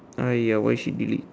!aiya! why she delete